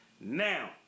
Now